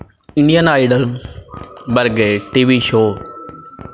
Indian idol ਵਰਗੇ TV show